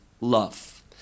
love